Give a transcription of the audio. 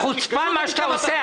חוצפה מה שאתה עושה.